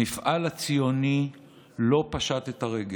המפעל הציוני לא פשט את הרגל.